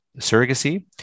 surrogacy